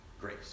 Grace